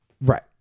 right